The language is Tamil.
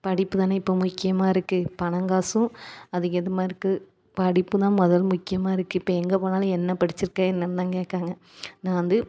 படிப்பு தான் இப்போ முக்கியமாக இருக்குது பணம் காசும் அதுக்கு ஏற்ற மாதிரி இருக்குது படிப்பு தான் முதல் முக்கியமாக இருக்குது இப்போ எங்கே போனாலும் என்ன படிச்சிருக்க என்னெனு தான் கேட்காங்க நான் வந்து